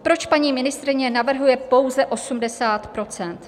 Proč paní ministryně navrhuje pouze 80 %?